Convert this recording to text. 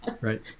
Right